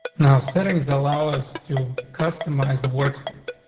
now. settings allow us to customize the workspace.